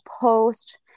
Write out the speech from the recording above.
post